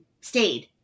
stayed